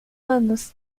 anos